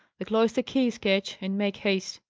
the cloister keys, ketch and make haste.